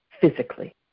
physically